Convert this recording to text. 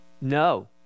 No